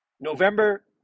November